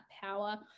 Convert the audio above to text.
power